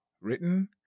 Written